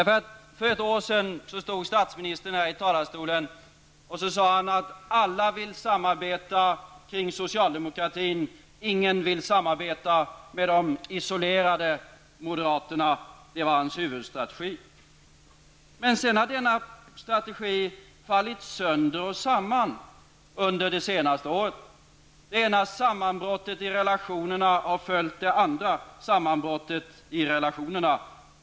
För ett år sedan stod statsministern här i talarstolen och sade: Alla vill samarbeta kring socialdemokratin, ingen vill samarbeta med de isolerade moderaterna. Det var hans huvudstrategi. Men under det senaste året har denna strategi fallit sönder och samman. Det ena sammanbrottet i relationerna har följt det andra för socialdemokratin.